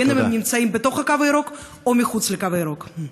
בין שהם נמצאים בתוך הקו הירוק או מחוץ לקו הירוק.